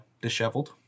disheveled